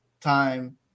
time